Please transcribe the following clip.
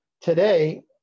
today